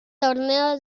torneo